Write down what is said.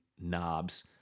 knobs